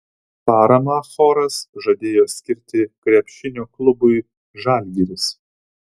paramą choras žadėjo skirti krepšinio klubui žalgiris